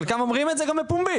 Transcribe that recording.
חלקם אומרים את זה גם בפומבי,